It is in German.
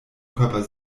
körper